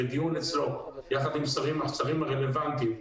בדיון אצלו יחד עם השרים הרלוונטיים,